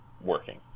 working